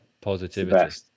positivity